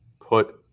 put